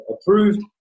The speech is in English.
approved